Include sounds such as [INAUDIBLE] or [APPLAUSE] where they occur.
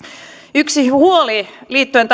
tähän reformiin liittyen [UNINTELLIGIBLE]